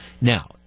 Now